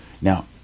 Now